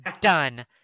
Done